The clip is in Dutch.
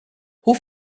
hoe